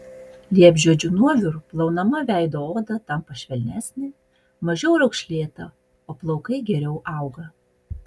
liepžiedžių nuoviru plaunama veido oda tampa švelnesnė mažiau raukšlėta o plaukai geriau auga